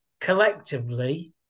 collectively